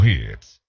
Hits